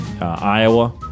Iowa